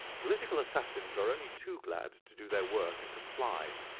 political assassins are only too glad to do their work and to fly.